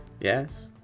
yes